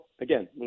again